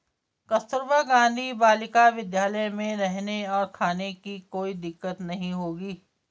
कस्तूरबा गांधी बालिका विद्यालय में रहने और खाने की कोई दिक्कत नहीं होगी